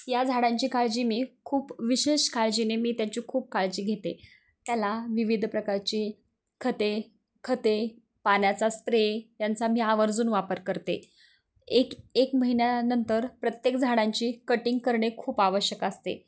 या झाडांची काळजी मी खूप विशेष काळजीने मी त्यांची खूप काळजी घेते त्याला विविध प्रकारची खते खते पाण्याचा स्प्रे यांचा मी आवर्जून वापर करते एक एक महिन्यानंतर प्रत्येक झाडांची कटिंग करणे खूप आवश्यक असते